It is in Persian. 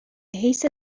حیث